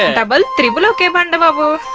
ah double, triple okay. banda babu